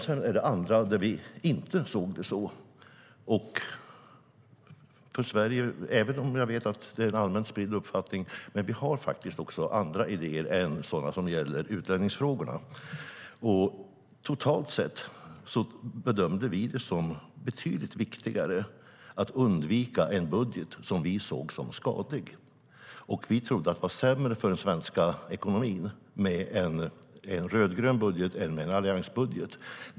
Sedan var det annat där vi inte såg det så. Jag vet att det finns en allmänt spridd uppfattning, men vi har faktiskt andra idéer än sådana som gäller utlänningsfrågorna. Totalt sett bedömde vi det som betydligt viktigare att undvika en budget som vi såg som skadlig. Vi trodde att det var sämre för den svenska ekonomin med en rödgrön budget än med en alliansbudget.